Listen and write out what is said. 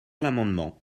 l’amendement